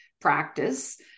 practice